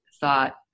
thought